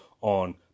on